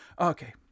Okay